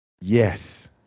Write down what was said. yes